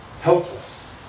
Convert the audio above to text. helpless